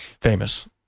famous